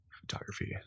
Photography